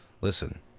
listen